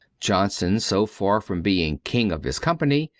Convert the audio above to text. johnson, so far from being king of his company,